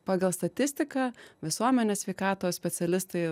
pagal statistiką visuomenės sveikatos specialistai